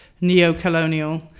neo-colonial